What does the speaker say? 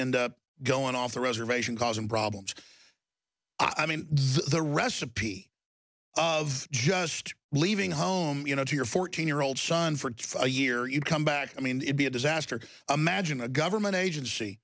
end up going off the reservation causing problems i mean the recipe of just leaving home you know to your fourteen year old son for a year you come back i mean it would be a disaster imagine a government agency